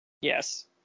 Yes